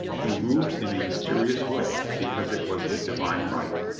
he moved in a mysterious way, because it was his di vine right,